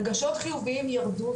רגשות חיוביים ירדו,